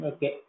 Okay